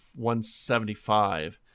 $175